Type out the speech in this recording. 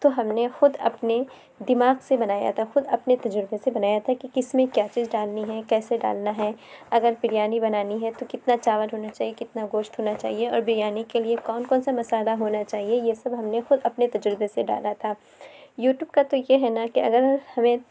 تو ہم نے خود اپنے دماغ سے بنایا تھا خود اپنے تجربے سے بنایا تھا کہ کس میں کیا چیز ڈالنی ہے کیسے ڈالنا ہے اگر بریانی بنانی ہے تو کتنا چاول ہونا چاہیے کتنا گوشت ہونا چاہیے اور بریانی کے لیے کون کون سا مسالہ ہونا چاہیے یہ سب ہم نے خود اپنے تجربے سے ڈالا تھا یوٹیوب کا تو یہ ہے نا کہ اگر ہمیں